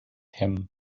him